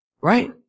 Right